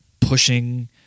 pushing